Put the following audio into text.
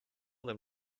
them